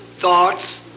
thoughts